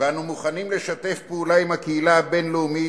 ואנו מוכנים לשתף פעולה עם הקהילה הבין-לאומית,